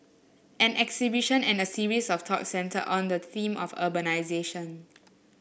an exhibition and a series of talks centred on the theme of urbanisation